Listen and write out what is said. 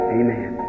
amen